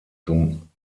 zum